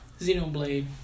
Xenoblade